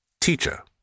teacher